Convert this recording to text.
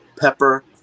Pepper